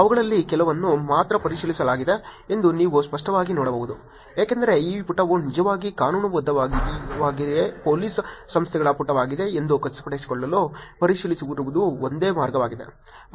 ಅವುಗಳಲ್ಲಿ ಕೆಲವನ್ನು ಮಾತ್ರ ಪರಿಶೀಲಿಸಲಾಗಿದೆ ಎಂದು ನೀವು ಸ್ಪಷ್ಟವಾಗಿ ನೋಡಬಹುದು ಏಕೆಂದರೆ ಈ ಪುಟವು ನಿಜವಾಗಿ ಕಾನೂನುಬದ್ಧವಾಗಿ ಪೊಲೀಸ್ ಸಂಸ್ಥೆಯ ಪುಟವಾಗಿದೆ ಎಂದು ಖಚಿತಪಡಿಸಲು ಪರಿಶೀಲಿಸಿರುವುದು ಒಂದೇ ಮಾರ್ಗವಾಗಿದೆ